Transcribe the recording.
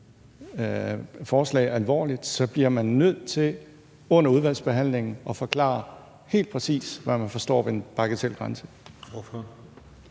forslag alvorligt, så bliver man nødt til under udvalgsbehandlingen at forklare helt præcis, hvad man forstår ved en bagatelgrænse. Kl.